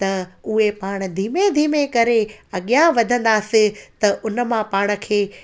त उहे पाण धीमे धीमे करे अॻियां वधंदासि त उन मां पाण खे